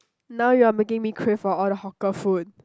now you are making me crave for all the hawker food